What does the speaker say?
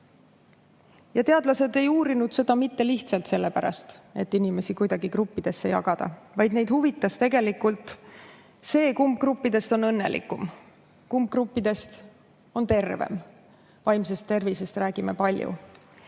Teadlased ei uurinud seda mitte lihtsalt sellepärast, et inimesi kuidagi gruppidesse jagada, vaid neid huvitas tegelikult see, kumb gruppidest on õnnelikum. Kumb gruppidest on tervem? Vaimsest tervisest me räägime palju.